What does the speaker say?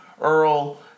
Earl